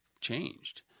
changed